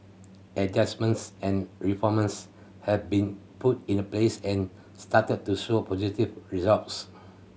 adjustments and reforms have been put in the place and started to show positive results